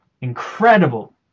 incredible